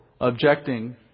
objecting